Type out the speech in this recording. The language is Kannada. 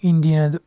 ಇಂಡಿಯಾದ